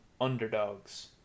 underdogs